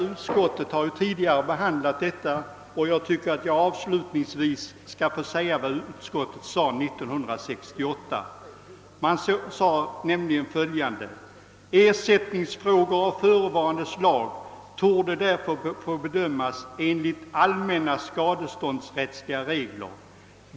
Utskottet har tidigare behandlat denna fråga, och jag vill avslutningsvis citera vad utskottet sade 1968: »Ersättningsfrågor av förevarande slag torde därför få bedömas enligt allmänna skadeståndsrättsliga regler.